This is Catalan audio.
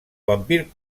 vampir